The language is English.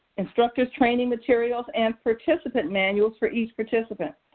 instructor's training materials, and participant manuals for each participant.